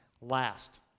Last